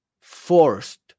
forced